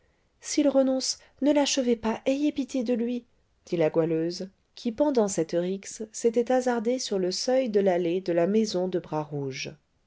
s'il renonce ne l'achevez pas ayez pitié de lui dit la goualeuse qui pendant cette rixe s'était hasardée sur le seuil de l'allée de la maison de